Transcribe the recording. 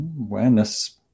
Awareness